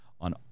on